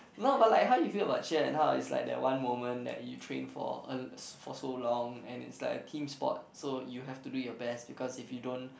no but like how you feel about cheer and how is like that one moment that you trained for uh for so long and is like a team sport so you have to do your best because if you don't